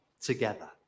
together